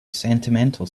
sentimental